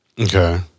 Okay